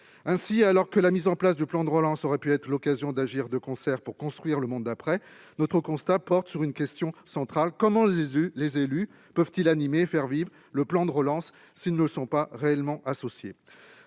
cap. Alors que la mise en place du plan de relance aurait pu être l'occasion d'agir de concert pour construire le monde d'après, notre constat donne lieu à cette question centrale : comment les élus peuvent-ils animer et faire vivre le plan de relance s'ils n'y sont pas réellement associés ?